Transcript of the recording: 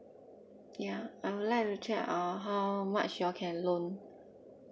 ya I would like to check uh how much you all can loan